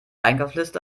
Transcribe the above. einkaufsliste